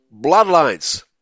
bloodlines